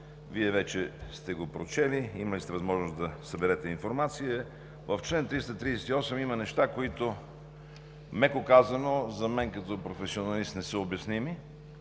Вие вече сте го прочели, имали сте възможност да съберете информация: в чл. 338 има неща, които, меко казано, за мен като професионалист не са обясними.